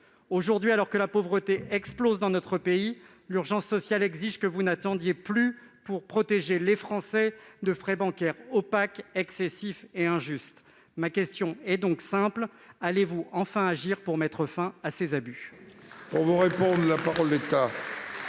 Aujourd'hui, alors que la pauvreté explose dans notre pays, l'urgence sociale exige que vous n'attendiez plus pour protéger les Français de frais bancaires opaques, excessifs et injustes. Ma question est donc simple : allez-vous enfin agir pour mettre fin à ces abus ?